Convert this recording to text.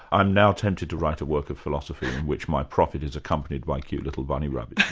i'm now tempted to write a work of philosophy in which my prophet is accompanied by cute little bunny rabbits,